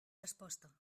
resposta